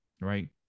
right